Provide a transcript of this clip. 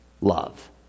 Love